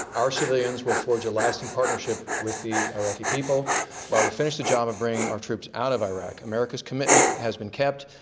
our civilians will forge a lasting partnership with the iraqi people while we finish the job of bringing our people out of iraq. america's commitment has been kept.